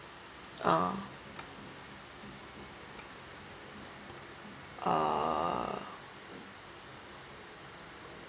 ah uh